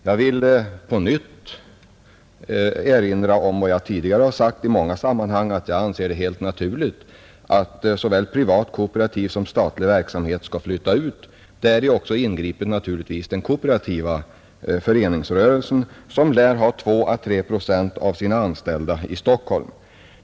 Jag vill på nytt erinra om vad jag tidigare i många sammanhang har sagt, nämligen att det är helt naturligt att såväl privat som kooperativ och statlig verksamhet skall flyttas ut, och däri naturligtvis inbegripet den kooperativa föreningsrörelsen, som lär ha 2 å 3 procent av sina anställda i Stockholm.